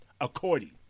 according